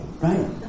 right